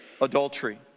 adultery